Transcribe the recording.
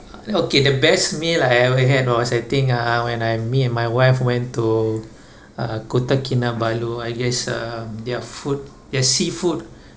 okay the best meal I ever had was I think uh when I me and my wife went to uh Kota Kinabalu I guess uh their food their seafood